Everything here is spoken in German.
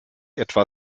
etwa